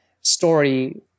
story